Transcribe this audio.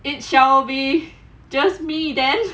it shall just me then